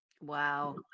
Wow